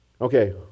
Okay